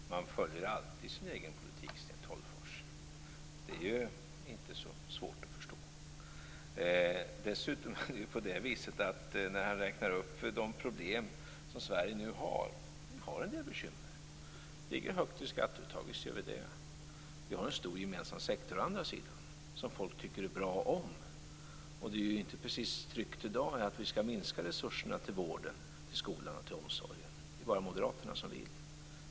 Fru talman! Man följer alltid sin egen politik, Sten Tolgfors. Det är inte så svårt att förstå. Sten Tolgfors räknar upp de problem Sverige nu har. Vi har en del bekymmer. Vi ligger högt i skatteuttag - visst gör vi det. Vi har å andra sidan en stor gemensam sektor som folk tycker bra om. Trycket i dag ligger ju inte precis på att vi skall minska resurserna till vården, skolan och omsorgen. Det är bara Moderaterna som vill det.